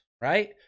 right